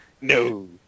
No